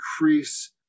increase